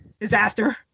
disaster